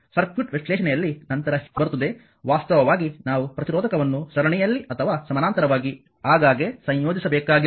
circuit ವಿಶ್ಲೇಷಣೆಯಲ್ಲಿ ನಂತರ ಬರುತ್ತದೆ ವಾಸ್ತವವಾಗಿ ನಾವು ಪ್ರತಿರೋಧಕವನ್ನು ಸರಣಿಯಲ್ಲಿ ಅಥವಾ ಸಮಾನಾಂತರವಾಗಿ ಆಗಾಗ್ಗೆ ಸಂಯೋಜಿಸಬೇಕಾಗಿರುತ್ತದೆ